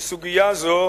שסוגיה זו